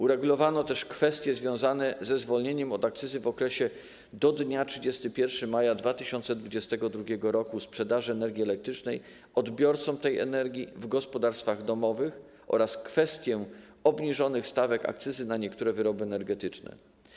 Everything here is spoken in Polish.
Uregulowano też kwestie związane ze zwolnieniem od akcyzy w okresie do dnia 31 maja 2022 r. sprzedaży energii elektrycznej odbiorcom tej energii w gospodarstwach domowych oraz kwestię obniżonych stawek akcyzy na niektóre wyroby energetyczne.